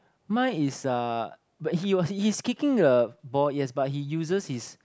mine is uh but he was he's kicking the ball yes but he uses his